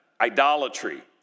idolatry